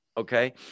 Okay